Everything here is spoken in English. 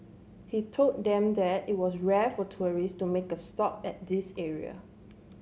he told them that it was rare for tourists to make a stop at this area